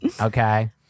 okay